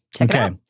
Okay